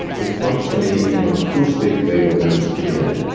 it's functionally an acoustic vagal nerve stimulator.